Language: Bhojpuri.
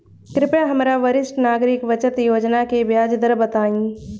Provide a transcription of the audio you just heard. कृपया हमरा वरिष्ठ नागरिक बचत योजना के ब्याज दर बताइं